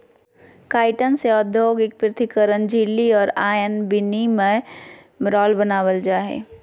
chitin से औद्योगिक पृथक्करण झिल्ली और आयन विनिमय राल बनाबल जा हइ